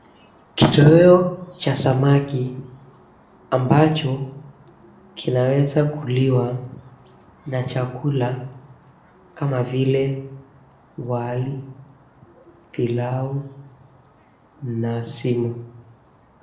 Kitoweo cha samaki ambacho kinaweza kuliwa na chakula kama vile wali, pilau na sima.